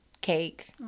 cake